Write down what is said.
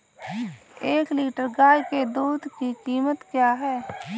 एक लीटर गाय के दूध की कीमत क्या है?